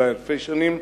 אולי אלפי שנים,